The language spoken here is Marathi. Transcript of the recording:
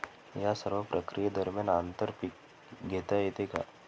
या सर्व प्रक्रिये दरम्यान आंतर पीक घेता येते का?